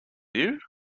you